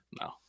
No